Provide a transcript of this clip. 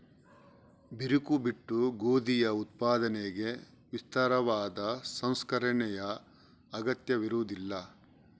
ಬಿರುಕು ಬಿಟ್ಟ ಗೋಧಿಯ ಉತ್ಪಾದನೆಗೆ ವಿಸ್ತಾರವಾದ ಸಂಸ್ಕರಣೆಯ ಅಗತ್ಯವಿರುವುದಿಲ್ಲ